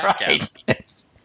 Right